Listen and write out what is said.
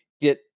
get